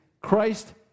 Christ